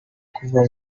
kuva